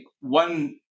One